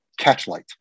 catchlight